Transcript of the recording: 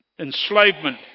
enslavement